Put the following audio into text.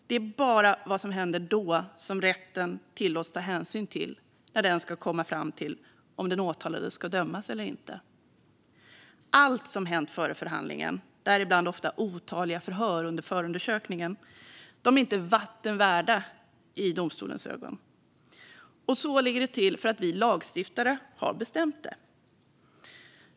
Det är bara vad som händer då som rätten tillåts ta hänsyn till när den ska komma fram till om den åtalade ska dömas eller inte. Allt som har hänt före förhandlingen, däribland ofta otaliga förhör under förundersökningen, är inte vatten värda i domstolens ögon. Så ligger det till för att vi lagstiftare har bestämt det.